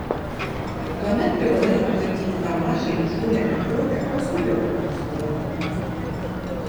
tuomet privalai aplankyti tą mažą įžūlią mergiotę kuo skubiau pasiūlė rūta